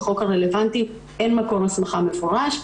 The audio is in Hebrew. בחוק הרלוונטי אין מקור הסמכה מפורש,